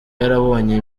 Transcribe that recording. yarabonye